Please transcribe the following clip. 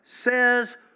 says